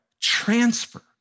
transfer